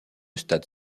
stade